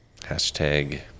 hashtag